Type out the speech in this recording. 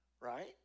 Right